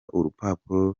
urupapuro